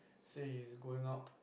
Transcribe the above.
says he's going out